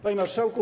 Panie Marszałku!